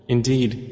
Indeed